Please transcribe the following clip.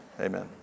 Amen